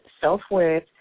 self-worth